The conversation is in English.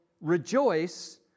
rejoice